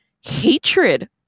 hatred